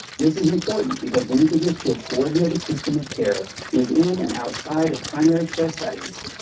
this is important because linkages to a coordinated system of care within and outside of primary care settings